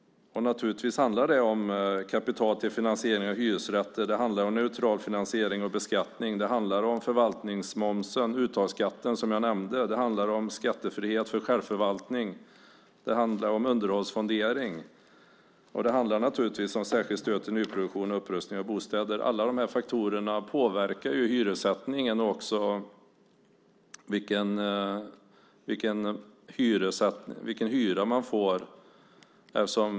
Det handlar om kapital till finansiering av hyresrätter och neutral finansiering och beskattning. Det handlar om förvaltningsmomsen och uttagsskatten, som jag nämnde. Det handlar om skattefrihet för självförvaltning och underhållsfondering och naturligtvis om särskilt stöd till nyproduktion och upprustning av bostäder. Alla de faktorerna påverkar hyressättningen och också vilken hyra man får.